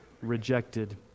rejected